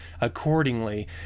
accordingly